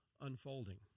unfolding